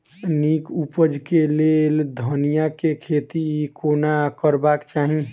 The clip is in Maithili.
नीक उपज केँ लेल धनिया केँ खेती कोना करबाक चाहि?